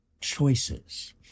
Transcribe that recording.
choices